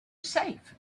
safe